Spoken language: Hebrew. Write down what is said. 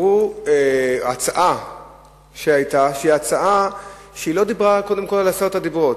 ההצעה שהיתה לא דיברה על עשרת הדיברות,